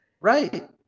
Right